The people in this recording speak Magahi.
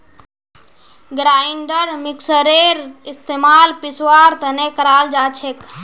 ग्राइंडर मिक्सरेर इस्तमाल पीसवार तने कराल जाछेक